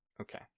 Okay